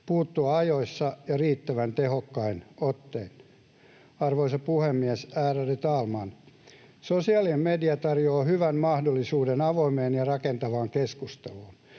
puuttua ajoissa ja riittävän tehokkain ottein. Arvoisa puhemies, ärade talman! Sosiaalinen media tarjoaa hyvän mahdollisuuden avoimeen ja rakentavaan keskusteluun,